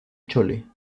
chole